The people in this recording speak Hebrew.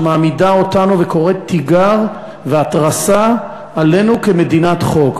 שמעמידה אותנו וקוראת תיגר והתרסה עלינו כמדינת חוק.